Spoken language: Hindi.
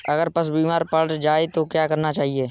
अगर पशु बीमार पड़ जाय तो क्या करना चाहिए?